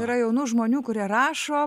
yra jaunų žmonių kurie rašo